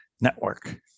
Network